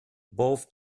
both